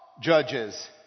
judges